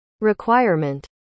requirement